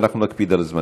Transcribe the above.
ואנחנו נקפיד על הזמנים.